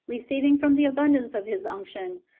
receiving from the abundance of his unction,